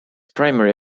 primary